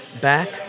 back